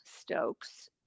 Stokes